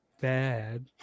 bad